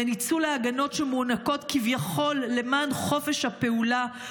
לניצול ההגנות שמוענקות כביכול למען חופש הפעולה,